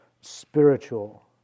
spiritual